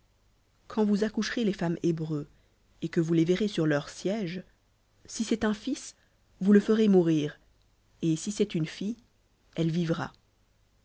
quand vous accoucherez les femmes hébreues et que vous les verrez sur les sièges si c'est un fils vous le ferez mourir et si c'est une fille elle vivra